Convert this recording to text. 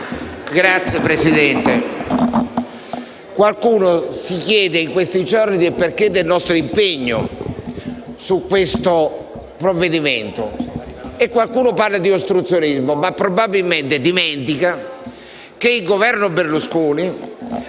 Signor Presidente, qualcuno in questi giorni si chiede il perché del nostro impegno su questo provvedimento e qualcuno parla di ostruzionismo, ma probabilmente dimentica che il Governo Berlusconi